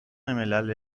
ملل